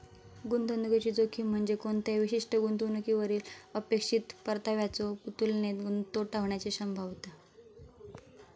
गुंतवणुकीची जोखीम म्हणजे कोणत्याही विशिष्ट गुंतवणुकीवरली अपेक्षित परताव्याच्यो तुलनेत तोटा होण्याची संभाव्यता